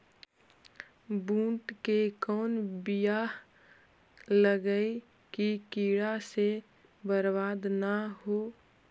बुंट के कौन बियाह लगइयै कि कीड़ा से बरबाद न हो?